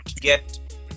get